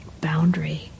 boundary